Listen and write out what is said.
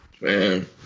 Man